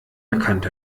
erkannt